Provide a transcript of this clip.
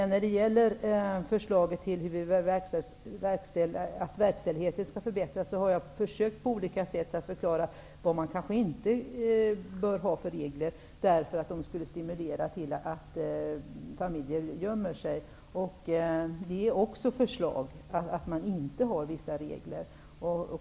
När det gäller att förbättra verkställigheten har jag försökt att förklara vad man kanske inte bör ha för regler, därför att de skulle stimulera familjer att gömma sig. Det är också förslag, att man inte skall ha vissa regler.